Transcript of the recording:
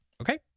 okay